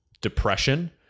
depression